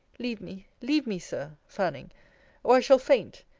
leave me, leave me, sir, fanning or i shall faint.